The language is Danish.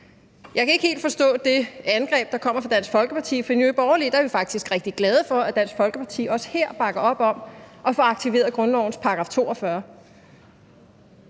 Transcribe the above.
Jeg kan ikke helt forstå det angreb, der kommer fra Dansk Folkepartis side, for i Nye Borgerlige er vi faktisk rigtig glade for, at Dansk Folkeparti også her bakker op om at få aktiveret grundlovens § 42.